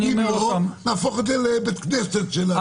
אם לא, נהפוך את זה לבית כנסת של הכלא.